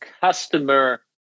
customer